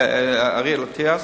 אריאל אטיאס,